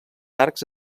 arcs